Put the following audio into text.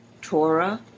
Torah